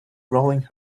rolling